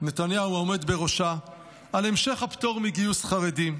ונתניהו העומד בראשה על המשך הפטור מגיוס חרדים,